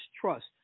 Trust